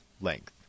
length